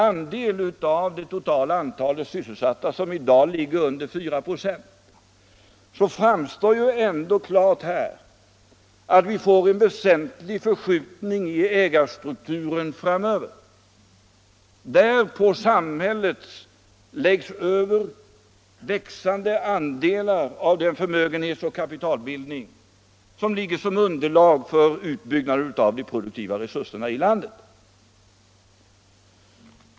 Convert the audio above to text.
Andelen av det totala antalet sysselsatta ligger i dag under 4 96, och det framstår klart att vi genom en sådan ökning av investeringarna får en väsentlig förskjutning när det gäller ägarstrukturen framöver; på samhället läggs över växande andelar av den förmögenhetsoch kapitalbildning som ligger som underlag för utbyggnad av de produktiva resurserna i landet.